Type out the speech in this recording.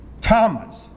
Thomas